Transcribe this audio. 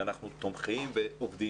ואנחנו תומכים ועובדים,